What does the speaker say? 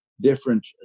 different